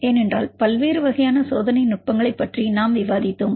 ஏனென்றால் பல்வேறு வகையான சோதனை நுட்பங்களைப் பற்றி நாம் விவாதித்தோம்